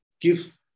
give